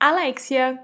Alexia